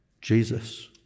Jesus